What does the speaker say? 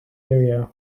area